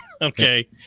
Okay